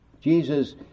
Jesus